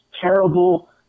terrible